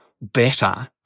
better